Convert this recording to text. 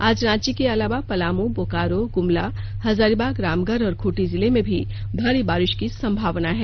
आज रांची के अलावा पलामू बोकारो गुमला हजारीबाग रामगढ़ और खूंटी जिले में भारी बारिश की संभावना है